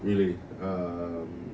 really um